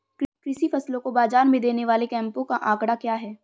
कृषि फसलों को बाज़ार में देने वाले कैंपों का आंकड़ा क्या है?